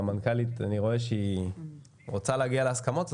והמנכ"לית אני רואה שהיא רוצה להגיע להסכמות,